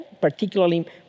particularly